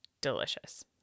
delicious